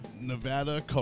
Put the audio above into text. Nevada